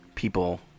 People